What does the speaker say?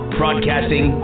broadcasting